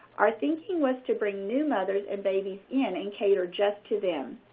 our thinking was to bring new mothers and babies in and cater just to them.